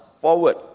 forward